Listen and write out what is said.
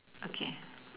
okay